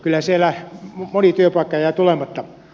kyllä siellä moni työpaikka jää tulematta